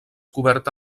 coberta